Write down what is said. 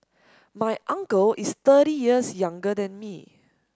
my uncle is thirty years younger than me